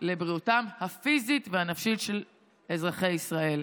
לבריאותם הפיזית והנפשית של אזרחי ישראל.